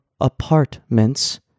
apartments